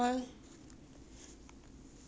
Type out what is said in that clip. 没有跟你开玩笑真的还在睡觉